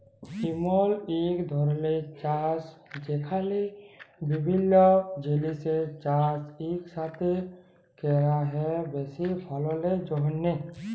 ইমল ইক ধরলের চাষ যেখালে বিভিল্য জিলিসের চাষ ইকসাথে ক্যরা হ্যয় বেশি ফললের জ্যনহে